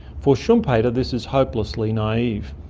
for schumpeter this is hopelessly naive.